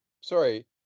sorry